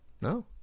No